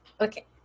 Okay